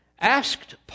asked